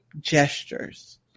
gestures